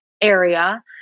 area